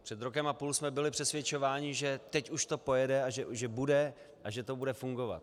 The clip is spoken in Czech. Před rokem a půl jsme byli přesvědčováni, že teď už to pojede a že bude a že to bude fungovat.